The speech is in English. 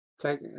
Thank